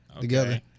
together